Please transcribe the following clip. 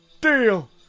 Deal